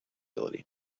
ability